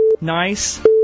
nice